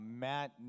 Matt